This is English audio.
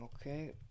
Okay